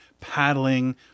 paddling